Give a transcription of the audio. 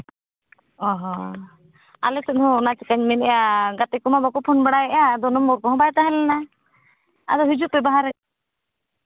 ᱚ ᱦᱚᱸ ᱟᱞᱮ ᱥᱮᱫ ᱦᱚᱸ ᱚᱱᱟ ᱪᱤᱠᱟᱧ ᱢᱮᱱᱮᱫᱼᱟ ᱜᱟᱛᱮ ᱠᱚᱢᱟ ᱵᱟᱠᱚ ᱯᱷᱳᱱ ᱵᱟᱲᱟᱭᱮᱫᱼᱟ ᱟᱫᱚ ᱵᱚᱠᱚᱢ ᱦᱚᱸ ᱵᱟᱭ ᱛᱟᱦᱮᱸ ᱞᱮᱱᱟ ᱟᱫᱚ ᱦᱤᱡᱩᱜ ᱯᱮ ᱵᱟᱦᱟᱨᱮ